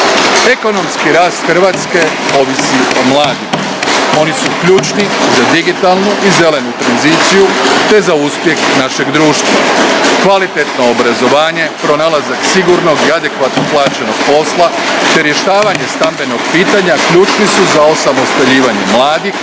Ekonomski rast Hrvatske ovisi o mladima: oni su ključni za digitalnu i zelenu tranziciju te za uspjeh našeg društva. Kvalitetno obrazovanje, pronalazak sigurnog i adekvatno plaćenog posla te rješavanje stambenog pitanja ključni su za osamostaljivanje mladih.